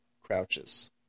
crouches